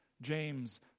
James